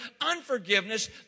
unforgiveness